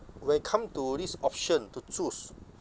when come to this option to choose